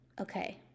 okay